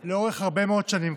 כבר לאורך הרבה מאוד שנים,